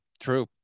True